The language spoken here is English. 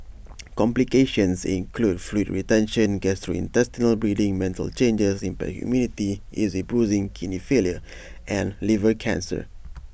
complications include fluid retention gastrointestinal bleeding mental changes impaired immunity easy bruising kidney failure and liver cancer